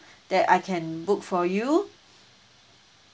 that I can book for you